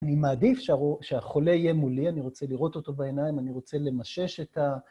אני מעדיף שהחולה יהיה מולי, אני רוצה לראות אותו בעיניים, אני רוצה למשש את ה...